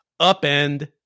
upend